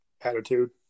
attitude